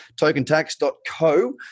tokentax.co